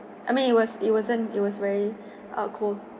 I mean he was it wasn't it was very cold